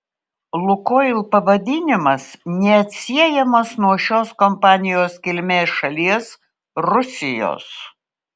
lukoil pavadinimas neatsiejamas nuo šios kompanijos kilmės šalies rusijos